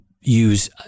use